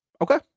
Okay